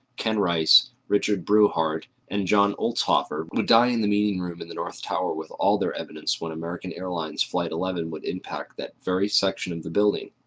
ken rice, richard breuhardt, and john ueltzhoeffer would die in the meeting room in the north tower with all their evidence when american airlines flight eleven would impact that very section of the building.